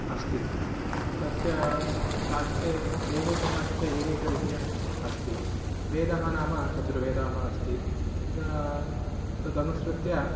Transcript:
अस्ति तस्य शास्त्रे एकैकशास्त्रे एकैकविषयः अस्ति वेदः नाम चतुर्वेदाः अस्ति तदनुसृत्य